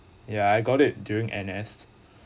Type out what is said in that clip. ya I got it during n s